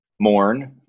mourn